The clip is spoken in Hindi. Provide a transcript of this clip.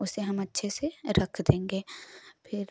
उसे हम अच्छे से रख देंगे फिर